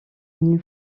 une